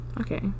Okay